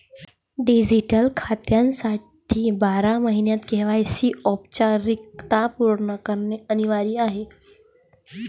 digital खात्यासाठी बारा महिन्यांत के.वाय.सी औपचारिकता पूर्ण करणे अनिवार्य आहे